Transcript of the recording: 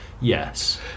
yes